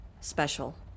special